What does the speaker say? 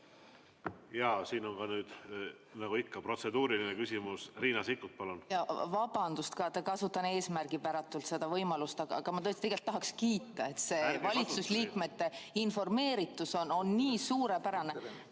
Ja siin on, nagu ikka, protseduuriline küsimus. Riina Sikkut, palun! Vabandust! Ma kasutan ka eesmärgipäratult seda võimalust, aga ma tõesti tegelikult tahaks kiita, et valitsuse liikmete informeeritus on nii suurepärane.